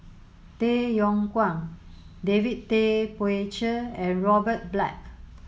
Tay Yong Kwang David Tay Poey Cher and Robert Black